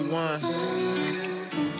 one